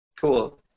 Cool